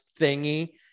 thingy